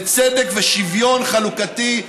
לצדק ושוויון חלוקתי.